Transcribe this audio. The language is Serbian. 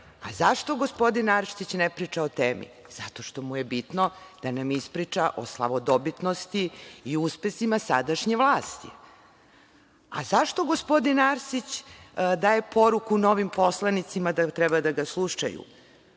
A zašto gospodin Arsić ne priča o temi? Zato što mu je bitno da nam ispriča o slavodobitnosti i uspesima sadašnje vlasti. Zašto gospodin Arsić daje poruku novim poslanicima da treba da ga slušaju.